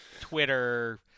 Twitter